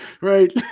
Right